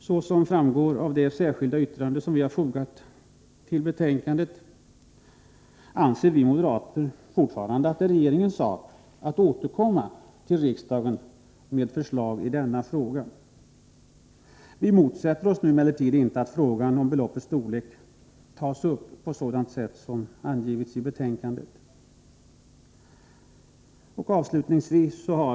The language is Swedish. Såsom framgår av det särskilda yttrande som vi har fogat till jordbruksutskottets betänkande anser vi moderater fortfarande ått det är regeringens sak att återkomma till riksdagen med förslag på denna punkt. Vi motsätter oss nu emellertid inte att frågan om beloppets storlek tas upp på sådant sätt som angivits i betänkandet.